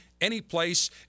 anyplace